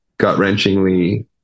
gut-wrenchingly